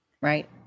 Right